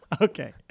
Okay